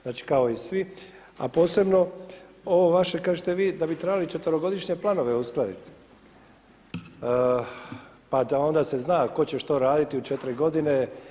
Znači kao i svi, a posebno ovo vaše kažete vi da bi trebali četverogodišnje planove uskladiti, pa da onda se zna tko će što raditi u četiri godine.